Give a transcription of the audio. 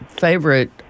favorite